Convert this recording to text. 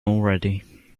already